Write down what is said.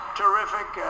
terrific